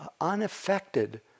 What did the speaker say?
unaffected